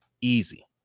easy